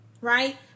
right